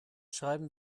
schreiben